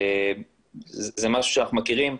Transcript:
זה משהו שאנחנו מכירים.